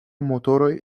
motoroj